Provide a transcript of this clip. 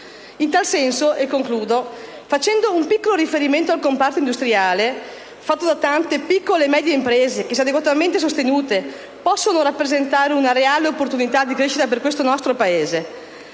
In tal senso, concludo facendo un piccolo riferimento al comparto industriale, fatto da tante piccole e medie imprese, che, se adeguatamente sostenute, possono rappresentare una reale opportunità di crescita per il Paese.